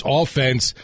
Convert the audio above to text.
offense